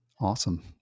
Awesome